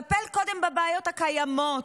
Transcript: טפל קודם בבעיות הקיימות,